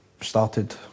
started